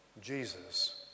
Jesus